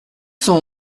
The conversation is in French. cent